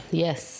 yes